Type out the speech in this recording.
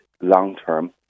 long-term